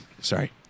Sorry